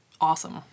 awesome